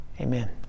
Amen